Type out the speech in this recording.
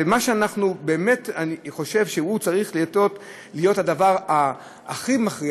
ומה שאני חושב שצריך להיות הדבר הכי מכריע